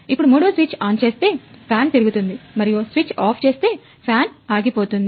ఇప్పుడు మూడో switch on చేస్తే ఫ్యాన్ తిరుగుతుంది మరియు స్విచ్ ఆఫ్ చేస్తే ఫ్యాన్ ఆగిపోతుంది